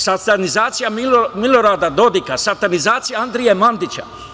Satanizacija Milorada Dodika, satanizacija Andrije Mandića.